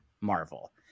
marvel